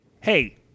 Hey